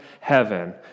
heaven